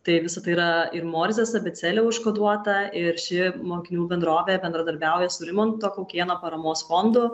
tai visa tai yra ir morzės abėcėle užkoduota ir ši mokinių bendrovė bendradarbiauja su rimanto kaukėno paramos fondu